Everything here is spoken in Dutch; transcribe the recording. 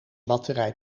batterij